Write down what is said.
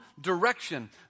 direction